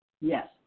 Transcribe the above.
Yes